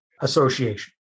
association